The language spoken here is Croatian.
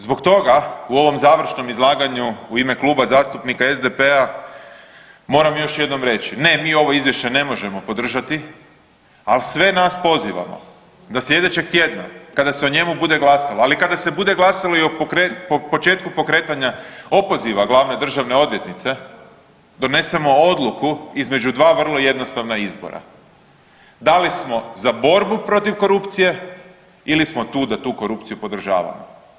Zbog toga u ovom završnom izlaganju u ime Kluba zastupnika SDP-a moram još jednom reći, ne mi ovo izvješće ne možemo podržati, ali sve nas pozivamo da slijedećeg tjedna kada se o njemu bude glasalo, ali kada se bude glasalo i o početku pokretanja opoziva glavne državne odvjetnice donesemo odluku između dva vrlo jednostavna izbora, da li smo za borbu protiv korupcije ili smo tu da tu korupciju podržavamo.